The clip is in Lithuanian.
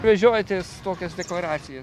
vežiojatės tokias deklaracijas